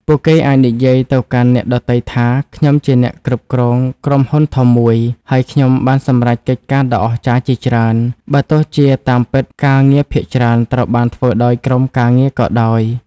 ពួកគេអាចនិយាយទៅកាន់អ្នកដទៃថា ខ្ញុំជាអ្នកគ្រប់គ្រងក្រុមហ៊ុនធំមួយ ហើយខ្ញុំបានសម្រេចកិច្ចការដ៏អស្ចារ្យជាច្រើន បើទោះជាតាមពិតការងារភាគច្រើនត្រូវបានធ្វើដោយក្រុមការងារក៏ដោយ។